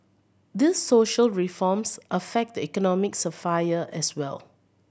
these social reforms affect the economic sphere as well